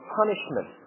punishment